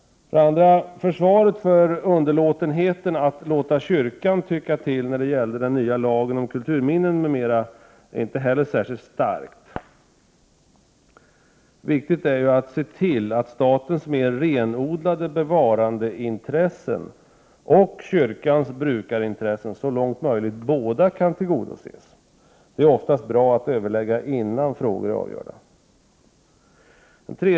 2. Försvaret för underlåtenheten att låta kyrkan tycka till när det gällde den nya lagen om kulturminnen m.m. är inte heller särskilt stark. Viktigt är ju att se till att statens mer renodlade bevarandeintressen och kyrkans brukarintressen så långt möjligt kan tillgodoses båda två. Det är oftast bra att överlägga innan frågor är avgjorda. 3.